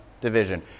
division